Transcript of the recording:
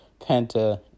Penta